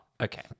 Okay